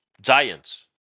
giants